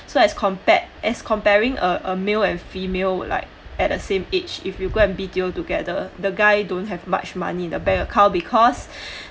so as compared as comparing a a male and a female like at a same age if you go and B_T_O together the guy don't have much money the bank account because